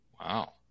Wow